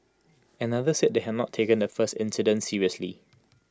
another said they had not taken the first incident seriously